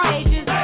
ages